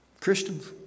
Christians